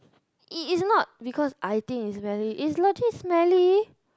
it is not because I think it's smelly it's legit smelly